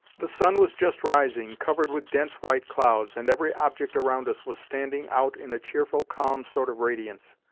the sun was just rising, covered with dense white clouds, and every object around us was standing out in a cheerful, calm sort of radiance.